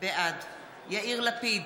בעד יאיר לפיד,